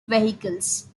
vehicles